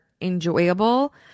enjoyable